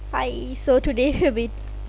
hi so today we'll be